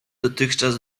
dotychczas